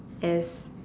as